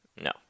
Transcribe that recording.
No